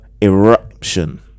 eruption